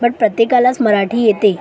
but प्रत्येकालाच मराठी येते